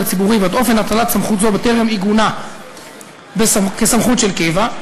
ציבורי ואת אופן הטלת סמכות זו בטרם עיגונה כסמכות של קבע,